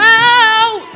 out